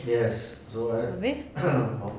yes so I